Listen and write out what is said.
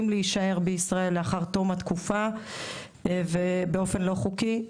להישאר בישראל לאחר תום התקופה באופן לא חוקי.